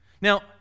Now